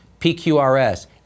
PQRS